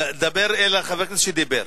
דבר אל חבר הכנסת שדיבר.